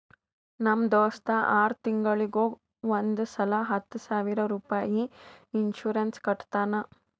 ನಮ್ ದೋಸ್ತ ಆರ್ ತಿಂಗೂಳಿಗ್ ಒಂದ್ ಸಲಾ ಹತ್ತ ಸಾವಿರ ರುಪಾಯಿ ಇನ್ಸೂರೆನ್ಸ್ ಕಟ್ಟತಾನ